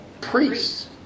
Priests